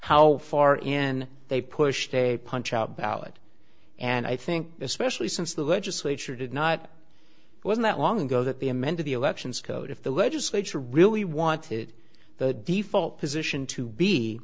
how far in they pushed a punch out ballot and i think especially since the legislature did not wasn't that long ago that the amended the elections code if the legislature really wanted the default position to be